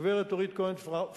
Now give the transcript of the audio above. הגברת אורית כהן-פרקש.